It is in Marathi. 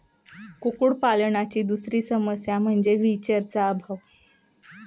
कुक्कुटपालनाची दुसरी समस्या म्हणजे हॅचरीचा अभाव